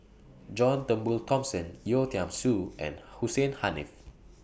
John Turnbull Thomson Yeo Tiam Siew and Hussein Haniff